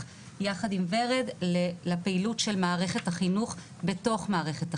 יחד עם ורד לפעילות של מערכת החינוך בתוך מערכת החינוך.